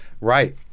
Right